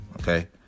Okay